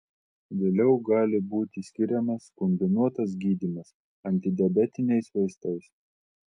vėliau gali būti skiriamas kombinuotas gydymas antidiabetiniais vaistais